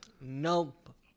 Nope